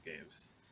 games